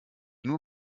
nur